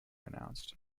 announced